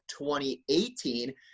2018